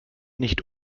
nicht